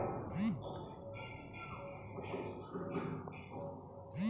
क्या चक्रवर्ती मिश्रधन तथा मूलधन का अंतर चक्रवृद्धि ब्याज है?